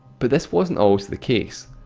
but this wasn't always the case.